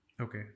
Okay